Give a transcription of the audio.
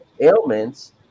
ailments